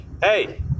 hey